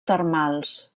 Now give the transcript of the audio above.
termals